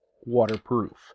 waterproof